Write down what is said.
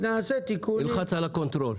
נלחץ על הקונטרול.